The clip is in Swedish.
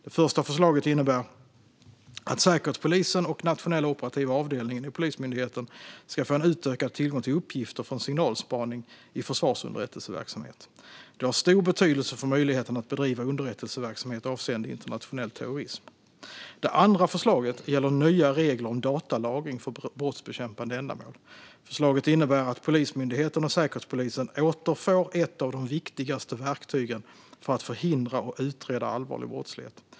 Det första förslaget innebär att Säkerhetspolisen och Nationella operativa avdelningen i Polismyndigheten ska få en utökad tillgång till uppgifter från signalspaning i försvarsunderrättelseverksamhet. Det har stor betydelse för möjligheten att bedriva underrättelseverksamhet avseende internationell terrorism. Det andra förslaget gäller nya regler om datalagring för brottsbekämpande ändamål. Förslaget innebär att Polismyndigheten och Säkerhetspolisen återfår ett av de viktigaste verktygen för att förhindra och utreda allvarlig brottslighet.